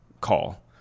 call